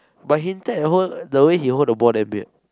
but Hin-Teck hold the way he hold the ball damn weird